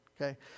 Okay